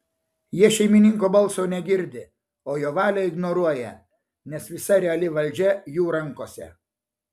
jie šeimininko balso negirdi o jo valią ignoruoja nes visa reali valdžia jų rankose